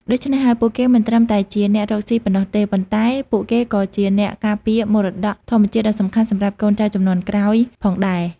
ដូច្នេះហើយ ពួកគេមិនត្រឹមតែជាអ្នករកស៊ីប៉ុណ្ណោះទេ ប៉ុន្តែពួកគេក៏ជាអ្នកការពារមរតកធម្មជាតិដ៏សំខាន់សម្រាប់កូនចៅជំនាន់ក្រោយផងដែរ។